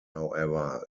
however